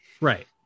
right